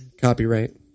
copyright